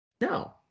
No